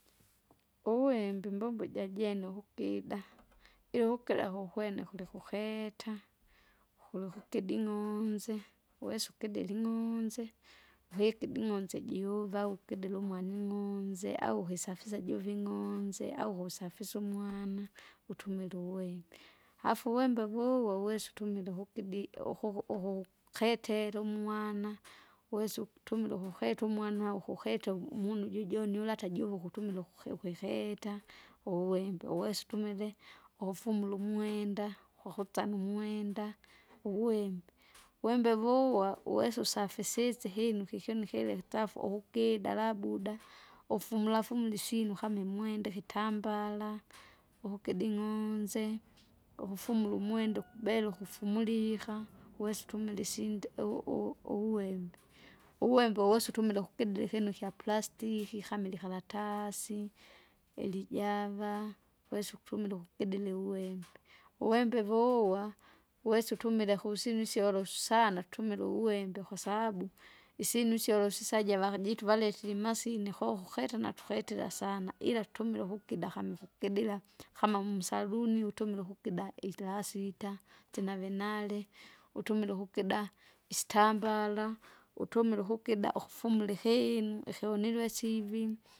Uwimbi mbombo janjene uvukida ila uvukida kukwene kulikuketa, kulikukida ing'onze, uwesa ukidire ing'onze, uvikide ing'onze ijiuva ukidile umani ing'onze au uhisafisa juve ing'onze au kusafisa umwana, utumila uwembe. Afu uwembe wuwo wesa utumile ukukidi ukuku ukuku ketera umwana, wesa ukutumila ukuketa umwanwa ukuketa u- umunu jujune ula ata juvo ukutumila ukuki- ukiketa, uwembe uwsa utumire, ukufumura umwenda kwakutsana umwenda, uwimbi. Wembe vuwa, uwesa usafisisye ihinu kikyoni hiletafu ukukida labuda, ufumula fumula isyinu kama imwenda ikitambala, ukukida ing'onze, ukufumula umwenda ukubela ukufumulika uwesa utumile isinde u- u- uwembe. Uwembe uwesa utumia ukukidira ikinu ikyaplastiki kama ilikaratasi, ilijava, wesa ukutumila ukukidira iuwembe, uwembe voowa, uwese utumile kusyinu syolosu sana tumila uwembe kwasababu, isyinu syolo sisaja vakajitu valetire imasine koo kuketa natuketira sana ila tutumila ukukida kama ukukidira, kama msaluni utumila ukukida ilasita. Tinavenale, utumila ukukida, istambala, utumile ukukida ukufumura ihinu ihuinilwesivi.